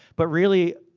but, really,